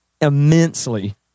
immensely